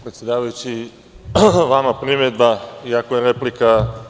Predsedavajući, vama primedba, iako je replika.